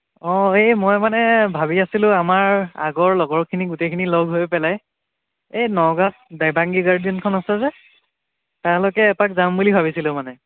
অ' এই মই মানে ভাবি আছিলোঁ আমাৰ আগৰ লগৰখিনি গোটেইখিনি লগ হৈ পেলাই এই নগাঁৱত দেবাংগী গাৰ্ডেনখন আছে যে তালৈকে এপাক যাম বুলি ভাবিছিলোঁ মানে